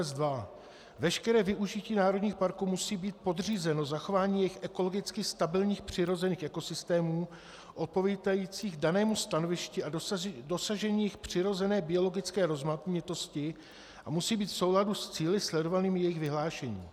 2: Veškeré využití národních parků musí být podřízeno zachování jejich ekologicky stabilních přirozených ekosystémů odpovídajících danému stanovišti a dosažení jejich přirozené biologické rozmanitosti a musí být v souladu s cíli sledovanými jejich vyhlášením.